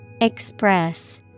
Express